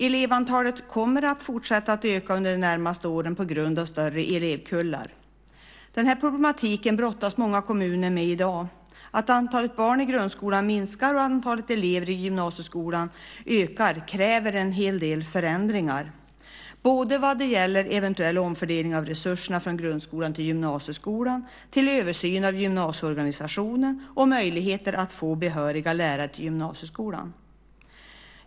Elevantalet kommer att fortsätta att öka under de närmaste åren på grund av större elevkullar. Denna problematik brottas många kommuner med i dag. Att antalet barn i grundskolan minskar och antalet elever i gymnasieskolan ökar kräver en hel del förändringar vad gäller eventuell omfördelning av resurserna från grundskolan till gymnasieskolan, översyn av gymnasieorganisationen och möjligheter att få behöriga lärare till gymnasieskolan.